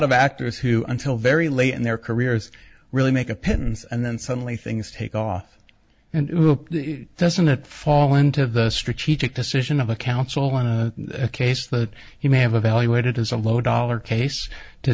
of actors who until very late in their careers really make a pittance and then suddenly things take off and doesn't fall into the strategic decision of a council on a case that you may have evaluated as a low dollar case to